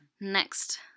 Next